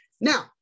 Now